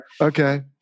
Okay